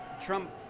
Trump